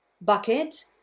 bucket